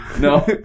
No